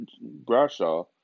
Bradshaw